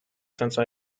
since